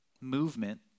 movement